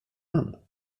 man